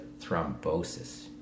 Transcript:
thrombosis